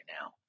now